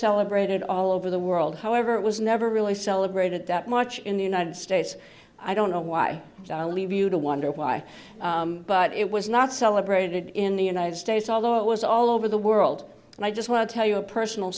celebrated all over the world however it was never really celebrated that much in the united states i don't know why i leave you to wonder why but it was not celebrated in the united states although it was all over the world and i just want to tell you a personal